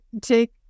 take